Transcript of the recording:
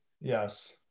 Yes